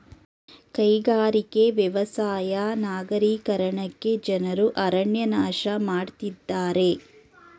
ಕೈಗಾರಿಕೆ, ವ್ಯವಸಾಯ ನಗರೀಕರಣಕ್ಕೆ ಜನರು ಅರಣ್ಯ ನಾಶ ಮಾಡತ್ತಿದ್ದಾರೆ